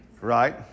Right